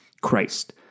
Christ